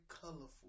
colorful